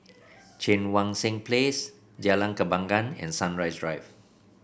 Cheang Wan Seng Place Jalan Kembangan and Sunrise Drive